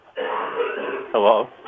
Hello